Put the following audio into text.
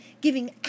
giving